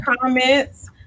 comments